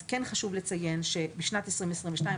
כן חשוב לציין שבשנת 2022,